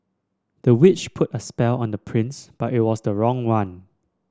the witch put a spell on the prince but it was the wrong one